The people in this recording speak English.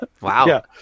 wow